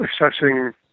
assessing